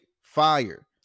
fire